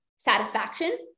Satisfaction